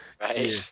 Right